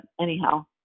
anyhow